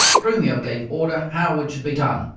grumio gave order how it should be done.